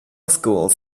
schools